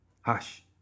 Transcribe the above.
Hush